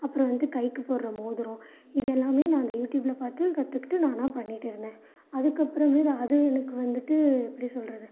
அப்புறம் வந்துட்டு கைக்கு போடுற மோதிரம் இதெல்லாமே நான் அந்த யூட்யூப்பில் பார்த்து கற்றுக்கிட்டு நானாக பண்ணிகிட்டு இருந்தேன் அதுக்கப்பறமேலு அது எனக்கு வந்துட்டு எப்படி சொல்றது